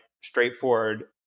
straightforward